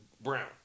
Brown